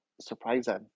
surprising